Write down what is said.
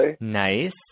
Nice